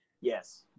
Yes